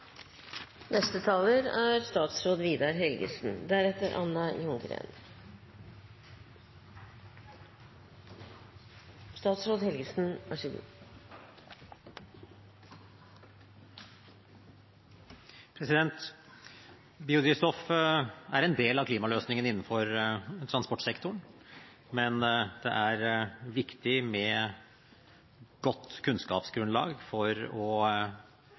Biodrivstoff er en del av klimaløsningen innenfor transportsektoren, men det er viktig med et godt kunnskapsgrunnlag for å